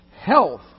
health